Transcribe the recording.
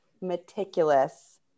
meticulous